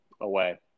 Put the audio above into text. Away